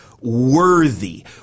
worthy